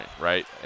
right